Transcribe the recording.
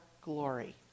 glory